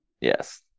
yes